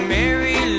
Mary